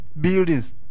buildings